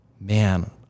Man